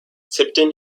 tipton